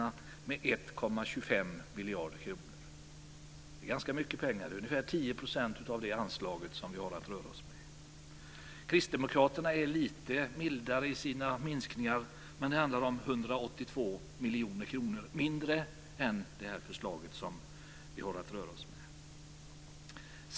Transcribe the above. Kristdemokraterna är lite mildare i sina minskningar. Det handlar om 182 miljoner kronor mindre än det vi har att röra oss med enligt förslaget.